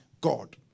God